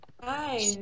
Hi